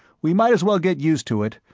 we might as well get used to it,